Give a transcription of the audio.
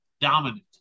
dominant